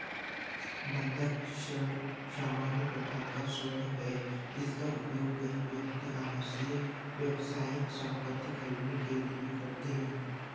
बंधक ऋण सामान्य प्रकार का ऋण है, जिसका उपयोग कई व्यक्ति आवासीय, व्यावसायिक संपत्ति खरीदने के लिए करते हैं